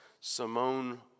Simone